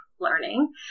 learning